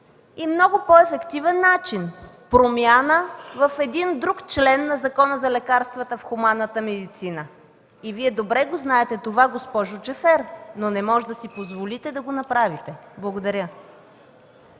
и много по-ефективен начин – промяна в един друг член на Закона за лекарствените продукти в хуманната медицина. Вие добре знаете това, госпожо Джафер, но не може да си позволите да го направите. Благодаря.